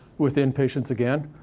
with inpatients again,